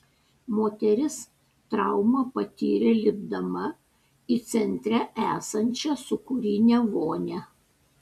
moteris traumą patyrė lipdama į centre esančią sūkurinę vonią